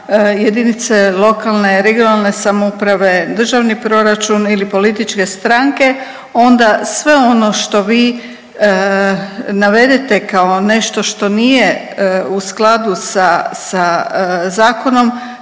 jedinice lokalne, regionalne samouprave, Državni proračun ili političke stranke onda sve ono što vi navedete kao nešto što nije u skladu sa, sa zakonom